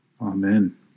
Amen